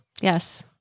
Yes